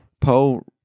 Poe